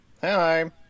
Hi